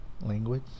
language